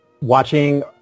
watching